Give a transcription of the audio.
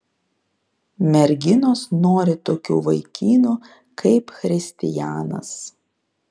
merginos nori tokių vaikinų kaip christijanas